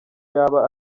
yaba